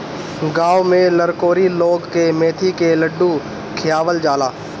गांव में लरकोरी लोग के मेथी के लड्डू खियावल जाला